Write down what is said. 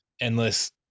endless